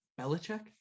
Belichick